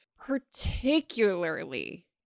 particularly